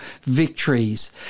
victories